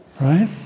Right